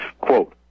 Quote